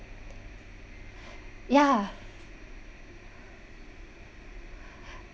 ya